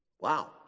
Wow